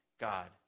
God